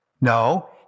No